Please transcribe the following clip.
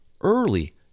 early